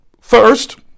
First